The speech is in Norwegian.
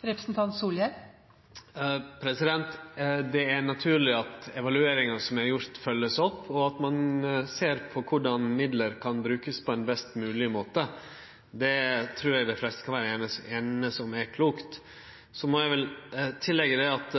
Det er naturleg at evalueringa som er gjort, vert følgd opp, og at ein ser på korleis midlane kan verte brukte på best mogleg måte. Det trur eg at dei fleste kan einast om er klokt. Så må eg leggje til at